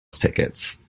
tickets